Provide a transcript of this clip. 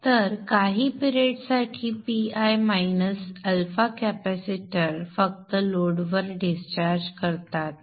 तर काही पिरेड साठी pi मायनस अल्फा कॅपेसिटर फक्त लोडवर डिस्चार्ज करतात